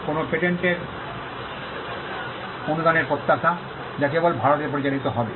কোনও পেটেন্টের অনুদানের প্রত্যাশা যা কেবল ভারতে পরিচালিত হবে